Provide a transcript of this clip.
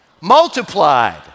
Multiplied